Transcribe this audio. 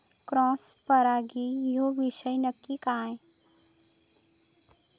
Cross परागी ह्यो विषय नक्की काय?